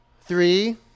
Three